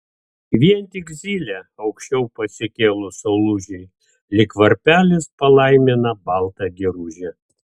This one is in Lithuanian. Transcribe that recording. vien tik zylė aukščiau pasikėlus saulužei lyg varpelis palaimina baltą giružę